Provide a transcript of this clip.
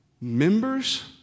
members